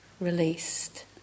released